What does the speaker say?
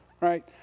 right